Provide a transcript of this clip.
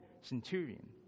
centurion